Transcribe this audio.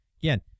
Again